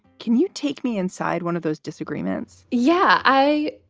can you take me inside one of those disagreements? yeah i.